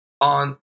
on